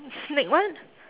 sneak what